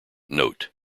note